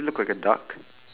okay it does